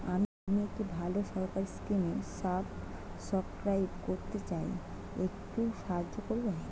আমি একটি ভালো সরকারি স্কিমে সাব্সক্রাইব করতে চাই, একটু সাহায্য করবেন?